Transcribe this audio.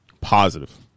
Positive